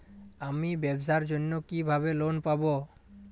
আমি ব্যবসার জন্য কিভাবে লোন পাব?